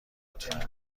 لطفا